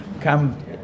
come